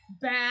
Bad